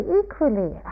equally